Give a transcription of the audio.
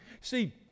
See